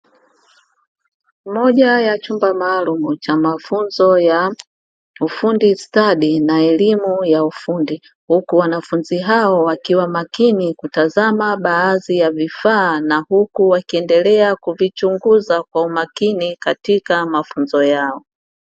Moja ya chumba maalum cha mafunzo ya ufundi stadi na elimu ya ufundi. Huku wanafunzi hao wakiwa makini kutazama baadhi ya vifaa, na huku wakiendelea kuvichunguza kwa umakini katika mafunzo yao.